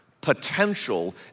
potential